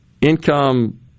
income